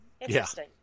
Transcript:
Interesting